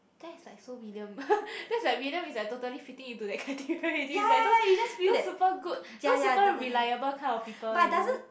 that is like so William that is like William is like totally fitting into that criteria already is like those those super good those super reliable kind of people you know